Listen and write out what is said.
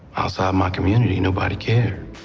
outside of my community, nobody cared.